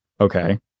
Okay